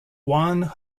juan